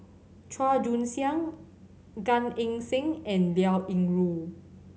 Chua Joon Siang Gan Eng Seng and Liao Yingru